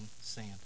sand